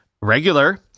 regular